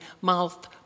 Mouth